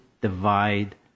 divide